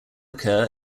occur